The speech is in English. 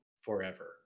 Forever